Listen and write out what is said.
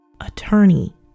Attorney